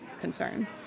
concern